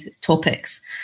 topics